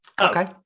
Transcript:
Okay